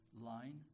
line